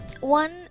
One